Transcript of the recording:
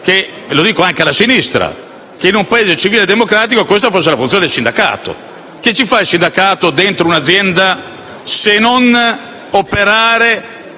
rivolgo anche alla sinistra, che in un Paese civile e democratico, questa fosse la posizione del sindacato. Cosa fa il sindacato dentro un'azienda se non operare